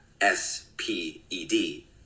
S-P-E-D